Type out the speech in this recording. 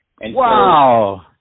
Wow